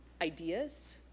ideas